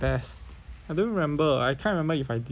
I don't remember I can't remember if I did do or not